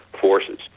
forces